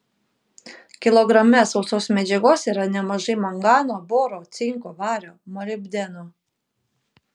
kilograme sausos medžiagos yra nemažai mangano boro cinko vario molibdeno